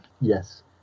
Yes